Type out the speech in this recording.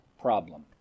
problem